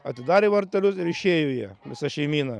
atidarė vartelius ir išėjo jie visa šeimyna